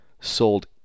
sold